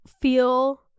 feel